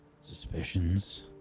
suspicions